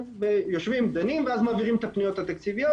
ויושבים ודנים ואז מעבירים את הפניות התקציביות